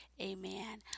Amen